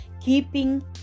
keeping